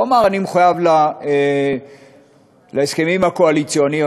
הוא אמר: אני מחויב להסכמים הקואליציוניים,